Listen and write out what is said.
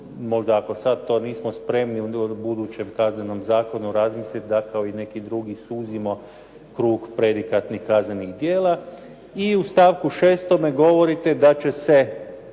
možda ako sad to nismo spremni onda u budućem Kaznenom zakonu razmisliti da kao i neki drugi suzimo krug predikatnih kaznenih djela. I u stavku 6. govorite da će se